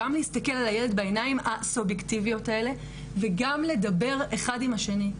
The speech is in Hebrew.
גם להסתכל על הילד בעיניים הסובייקטיביות האלה וגם לדבר אחד עם השני,